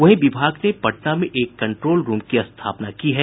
वहीं विभाग ने पटना में एक कन्ट्रोल रूम की स्थापना की है